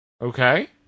Okay